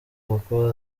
kuko